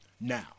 Now